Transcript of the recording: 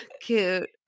cute